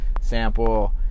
sample